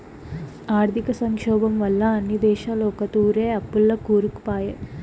ఆర్థిక సంక్షోబం వల్ల అన్ని దేశాలు ఒకతూరే అప్పుల్ల కూరుకుపాయే